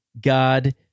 God